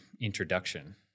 introduction